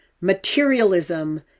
materialism